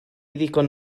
ddigon